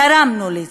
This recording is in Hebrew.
תרמנו לזה.